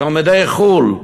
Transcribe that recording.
תלמידי חו"ל,